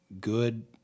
good